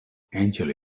angela